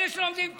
אלה שלומדים תורה,